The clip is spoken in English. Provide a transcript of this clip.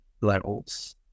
levels